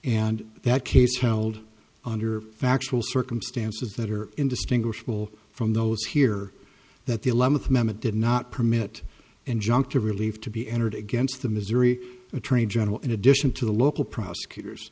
and that case held under factual circumstances that are indistinguishable from those here that the eleventh mema did not permit injunctive relief to be entered against the missouri attorney general in addition to the local prosecutors